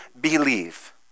believe